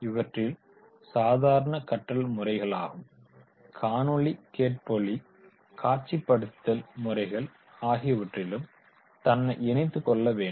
இவற்றில் சாதாரண கற்றல் முறைகளும் காணொளி கேட்பொழி காட்சிப்படுத்தல் முறைகள் ஆகியவற்றிலும் தன்னை இணைத்துக் கொள்ள வேண்டும்